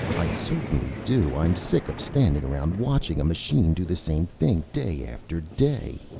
i certainly do. i'm sick of standing around watching a machine do the same thing day after day.